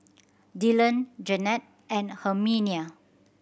Dylon Jannette and Herminia